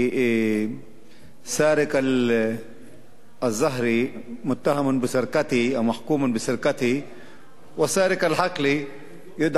סארק אל-זהר מתהם בּסרקתה או מחכּום בּסרקתה וסארק אל-חקל ידעא